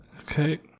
okay